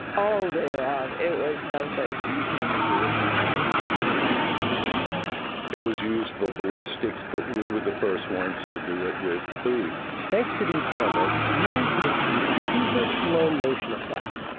all day long. it was something these cameras were originally designed for the military to film rocket tests it was used for ballistics, but we were the first ones to do it with food thanks to these cameras, budin could achieve super slow-motion effects.